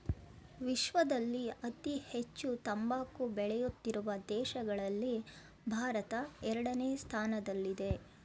ವಿಶ್ವದಲ್ಲಿ ಅತಿ ಹೆಚ್ಚು ತಂಬಾಕು ಬೆಳೆಯುತ್ತಿರುವ ದೇಶಗಳಲ್ಲಿ ಭಾರತ ಎರಡನೇ ಸ್ಥಾನದಲ್ಲಿದೆ